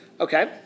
Okay